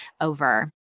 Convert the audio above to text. over